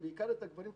בעיקר את הגברים,